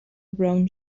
brown